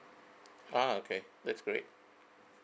ah okay that's great